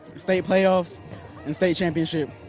state playoffs and state championship.